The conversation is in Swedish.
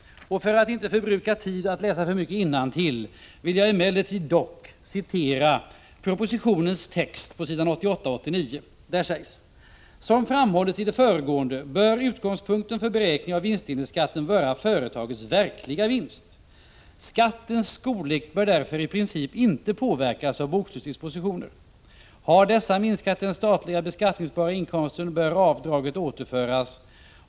För att inte förbruka tid genom att läsa för mycket innantill vill jag emellertid citera texten i proposition 1983/84:50 på s. 88-89: ”Som framhållits i det föregående bör utgångspunkten för beräkning av vinstdelningsskatten vara företagets verkliga vinst. Skattens storlek bör därför i princip inte påverkas av bokslutsdispositioner. Har dessa minskat den statligt beskattningsbara inkomsten bör avdraget återföras.